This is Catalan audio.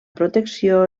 protecció